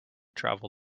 travel